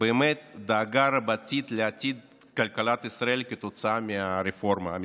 באמת דאגה רבתי לעתיד כלכלת ישראל כתוצאה מהרפורמה המשפטית.